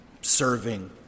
serving